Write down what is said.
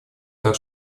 так